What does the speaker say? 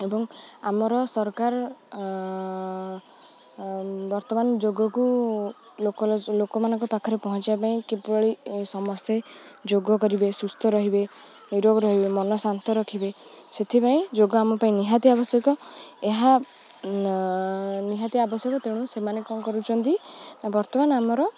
ଏବଂ ଆମର ସରକାର ବର୍ତ୍ତମାନ ଯୋଗକୁ ଲୋକ ଲୋକମାନଙ୍କ ପାଖରେ ପହଞ୍ଚିବା ପାଇଁ କିଭଳି ସମସ୍ତେ ଯୋଗ କରିବେ ସୁସ୍ଥ ରହିବେ ରୋଗ ରହିବେ ମନ ଶାନ୍ତ ରଖିବେ ସେଥିପାଇଁ ଯୋଗ ଆମ ପାଇଁ ନିହାତି ଆବଶ୍ୟକ ଏହା ନିହାତି ଆବଶ୍ୟକ ତେଣୁ ସେମାନେ କ'ଣ କରୁଛନ୍ତି ବର୍ତ୍ତମାନ ଆମର